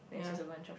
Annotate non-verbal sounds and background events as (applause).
ya (breath)